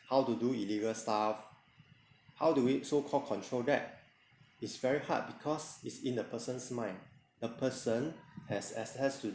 how to do illegal stuff how do we so-called control that it's very hard because it's in a person's mind the person has as has to